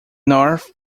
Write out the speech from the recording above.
north